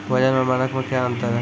वजन और मानक मे क्या अंतर हैं?